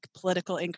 political